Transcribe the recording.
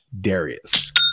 Darius